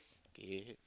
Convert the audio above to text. K